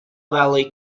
valley